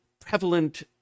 prevalent